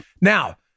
Now